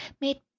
made